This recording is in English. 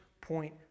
point